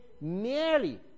merely